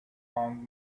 found